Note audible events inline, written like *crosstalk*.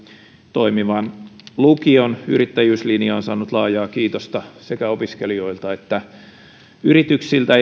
toimivan lukion yrittäjyyslinja on saanut laajaa kiitosta sekä opiskelijoilta että yrityksiltä *unintelligible*